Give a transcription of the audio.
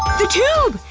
the tube!